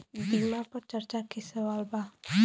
बीमा पर चर्चा के सवाल बा?